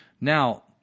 Now